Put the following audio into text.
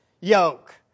yoke